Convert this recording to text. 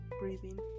breathing